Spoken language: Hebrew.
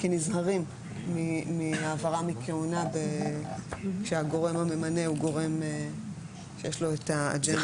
כי נזהרים מהעברה מכהונה כשהגורם הממונה הוא גורם שיש לו את האג'נדה.